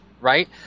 right